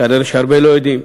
כנראה הרבה לא יודעים.